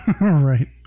Right